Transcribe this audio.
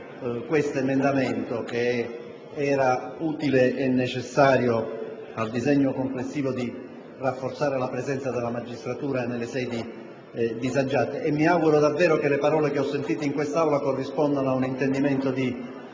questo emendamento, utile e necessario al disegno complessivo al fine di rafforzare la presenza della magistratura nelle sedi disagiate. Mi auguro davvero che quanto ascoltato in quest'Aula corrisponda ad un intendimento